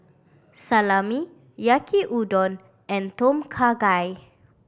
Salami Yaki Udon and Tom Kha Gai